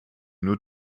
nur